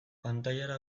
pantailara